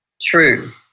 True